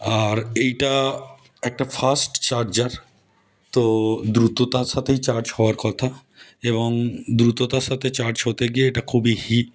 আর এইটা একটা fast charger তো দ্রুততার সাথেই চার্জ হওয়ার কথা এবং দ্রুততার সাথে চার্জ হতে গিয়ে এটা খুবই হিট